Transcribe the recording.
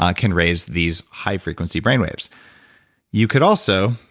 um can raise these high-frequency brain waves you could also,